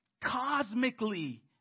cosmically